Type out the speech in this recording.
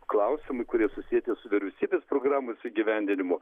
klausimai kurie susieti su vyriausybės programos įgyvendinimu